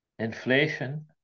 Inflation